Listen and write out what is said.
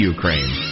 Ukraine